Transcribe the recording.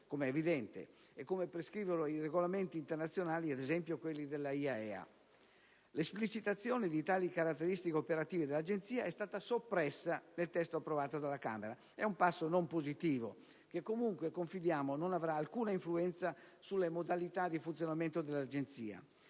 come è evidente, e come prescrivono i regolamenti internazionali, ad esempio quelli della IAEA. L'esplicitazione di tali caratteristiche operative dell'Agenzia è stata soppressa nel testo approvato dalla Camera. È un passo non positivo, che comunque confidiamo non avrà alcuna influenza sulle modalità di funzionamento dell'Agenzia.